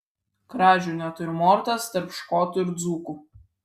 kražių natiurmortas tarp škotų ir dzūkų